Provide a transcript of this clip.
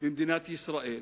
במדינת ישראל,